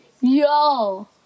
Yo